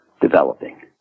developing